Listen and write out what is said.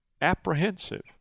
apprehensive